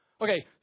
Okay